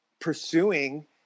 pursuing